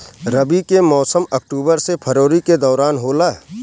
रबी के मौसम अक्टूबर से फरवरी के दौरान होला